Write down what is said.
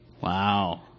Wow